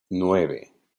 nueve